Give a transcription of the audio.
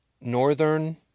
northern